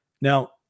Now